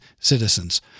citizens